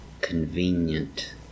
convenient